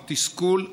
התסכול,